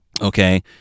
okay